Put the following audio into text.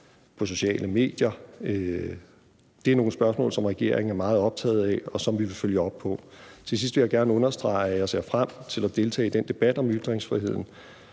på sociale medier. Det er nogle spørgsmål, som regeringen er meget optaget af, og som vi vil følge op på. Til sidst vil jeg gerne understrege, at jeg ser frem til at deltage i den debat om ytringsfriheden,